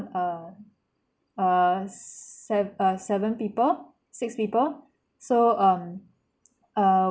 err err sev~ err seven people six people so um err